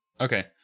Okay